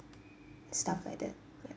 stuff like that ya